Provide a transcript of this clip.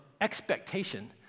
expectation